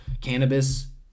Cannabis